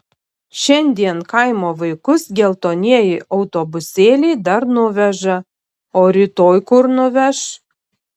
šiandien kaimo vaikus geltonieji autobusėliai dar nuveža o rytoj kur nuveš